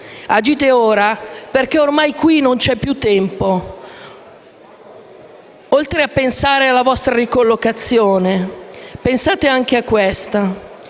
Agite ora perché ormai qui non c'è più tempo. Oltre a pensare alla vostra ricollocazione, pensate anche a questo.